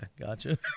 gotcha